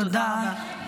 תודה רבה.